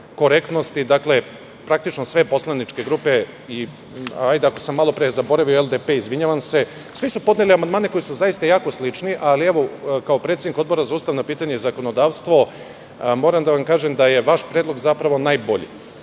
korektnosti. Praktično sve poslaničke grupe, ako sam malo pre zaboravio LDP, izvinjavam se, su podnele amandmane koji su zaista jako slični, ali kao predsednik Odbora za ustavna pitanja i zakonodavstvo moram da vam kažem da je vaš predlog zapravo najbolji